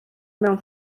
mewn